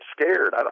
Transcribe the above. scared